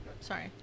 sorry